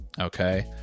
Okay